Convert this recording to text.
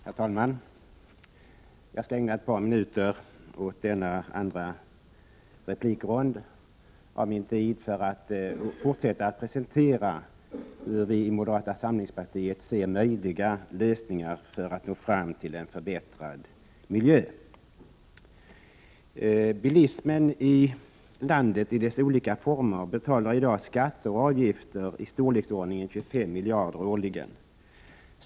Herr talman! Jag skall ägna några minuter av min tid i denna andra replikrond åt att fortsätta att presentera hur vi i moderata samlingspartiet ser möjliga lösningar för att nå fram till en förbättrad miljö. Bilismen här i landet i dess olika former betalar i dag skatter och avgifter i storleksordningen 25 miljarder kronor per år.